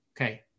Okay